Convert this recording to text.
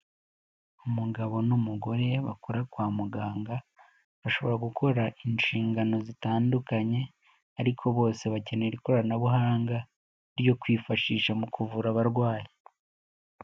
Umugabo n'umugore bakora kwa muganga bashobora gukora inshingano zitandukanye ariko bose bakenera ikoranabuhanga ryo kwifashisha mu kuvura abarwayi.